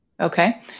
Okay